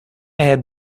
had